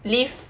live